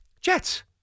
Jets